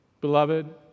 Beloved